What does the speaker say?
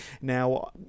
now